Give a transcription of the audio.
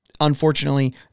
unfortunately